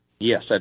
Yes